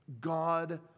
God